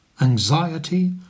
anxiety